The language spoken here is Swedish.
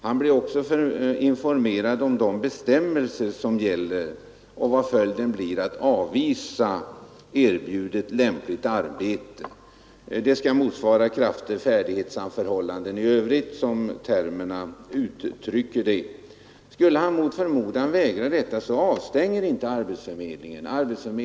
Han blir också informerad om de 94 bestämmelser som gäller och om vad följden blir av att avvisa erbjudet lämpligt arbete. Detta skall motsvara krafter, färdighet samt förhållanden i övrigt, som termerna uttrycker det. Skulle han mot förmodan vägra, avstänger inte arbetsförmedlingen honom.